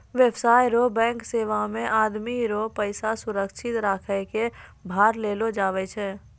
व्यवसाय रो बैंक सेवा मे आदमी रो पैसा सुरक्षित रखै कै भार लेलो जावै छै